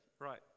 Right